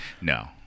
No